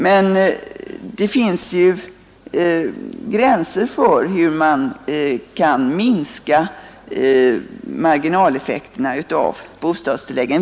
Men det finns ju gränser för hur man kan minska marginaleffekterna av bostadstilläggen.